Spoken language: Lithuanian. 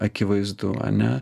akivaizdu ane